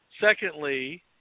secondly